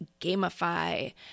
gamify